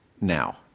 now